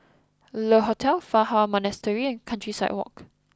Le Hotel Fa Hua Monastery and Countryside Walk